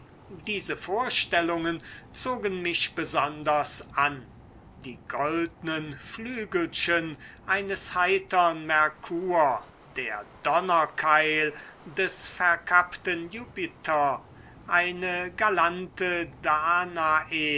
diese vorstellungen zogen mich besonders an die goldnen flügelchen eines heitern merkur der donnerkeil des verkappten jupiter eine galante danae